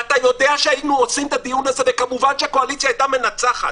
ואתה יודע שהיינו עושים את הדיון זה וכמובן שהקואליציה היתה מנצחת.